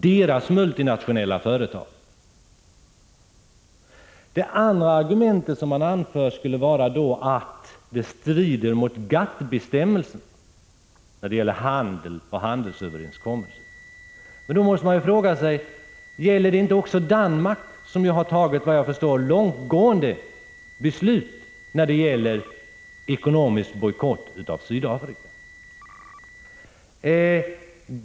å na å å Sydafrika och Det andra argumentet som anförs är att en bojkott skulle strida mot Namibia GATT-bestämmelserna när det gäller handel och handelsöverenskommelser. Man måste då fråga sig: Gäller inte dessa bestämmelser också för Danmark, som efter vad jap förstår har fattat långtgående beslut när det gäller ekonomisk bojkott av Sydafrika?